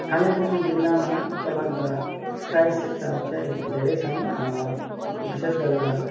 कालिम्पोङ जिल्लामा उपलब्ध स्थायी शिक्षा चाहिँ धेरै छन् विशेष गरेर